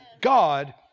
God